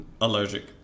Allergic